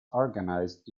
organized